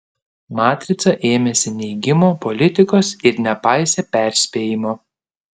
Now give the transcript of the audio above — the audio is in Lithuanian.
matrica ėmėsi neigimo politikos ir nepaisė perspėjimo